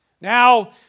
Now